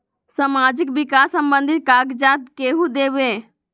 समाजीक विकास संबंधित कागज़ात केहु देबे?